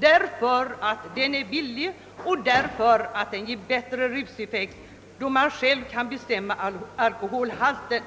därför att den är billig och därför att den ger bättre ruseffekt, då man själv kan bestämma alkoholhalten.